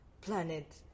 planet